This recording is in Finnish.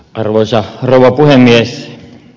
arvoisa rouva puhemies